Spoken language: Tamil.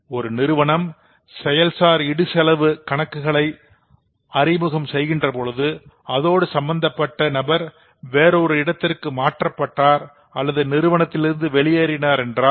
ஒரு நிறுவனம் செயல்சார் இடுசெலவு கணக்குகளை அறிமுகம் செய்கின்றபோது அதோடு சம்பந்தப்பட்ட நபர் வேறொரு இடத்திற்கு மாற்றப்பட்டார் அல்லது நிறுவனத்திலிருந்து வெளியேறினார் என்றால்